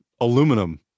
aluminum